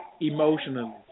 Emotionally